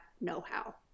know-how